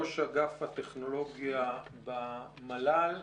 ראש אגף טכנולוגיה במל"ל.